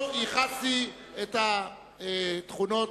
לא ייחסתי את התכונות,